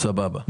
סבבה.